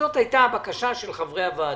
זאת הייתה הבקשה של חברי הוועדה.